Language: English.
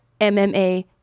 MMA